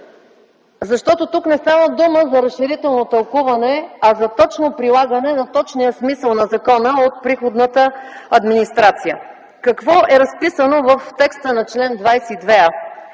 защото тук не става дума за разширително тълкуване, а за точно прилагане на точния смисъл на закона от приходната администрация. Какво е разписано в текста на чл. 22а?